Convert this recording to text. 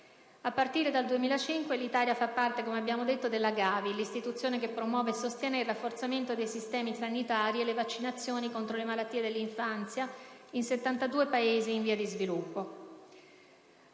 A partire dal 2005 l'Italia fa parte - come ho detto - della GAVI, istituzione che promuove e sostiene il rafforzamento dei sistemi sanitari e le vaccinazioni contro le malattie dell'infanzia in 72 Paesi in via di sviluppo.